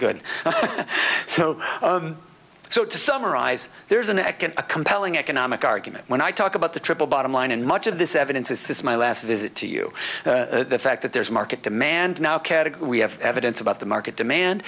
good so so to summarise there's an echo a compelling economic argument when i talk about the triple bottom line and much of this evidence is this my last visit to you the fact that there's a market demand now we have evidence about the market demand